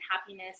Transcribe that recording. happiness